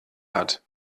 hat